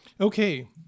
Okay